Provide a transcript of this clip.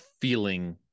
feeling